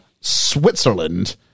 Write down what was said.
Switzerland